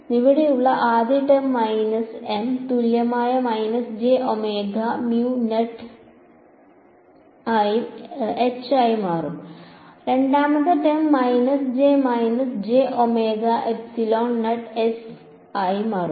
അതിനാൽ ഇവിടെയുള്ള ആദ്യ ടേം മൈനസ് എം തുല്യമായ minus j omega mu nought H ആയി മാറും രണ്ടാമത്തെ term minus j minus j omega epsilon nought s ആയി മാറും